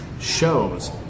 shows